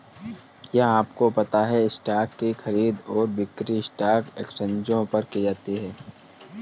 क्या आपको पता है स्टॉक की खरीद और बिक्री स्टॉक एक्सचेंजों पर की जाती है?